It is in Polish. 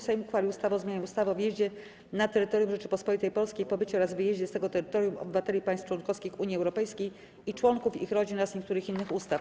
Sejm uchwalił ustawę o zmianie ustawy o wjeździe na terytorium Rzeczypospolitej Polskiej, pobycie oraz wyjeździe z tego terytorium obywateli państw członkowskich Unii Europejskiej i członków ich rodzin oraz niektórych innych ustaw.